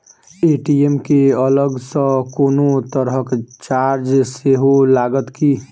ATM केँ अलग सँ कोनो तरहक चार्ज सेहो लागत की?